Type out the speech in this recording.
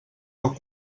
poc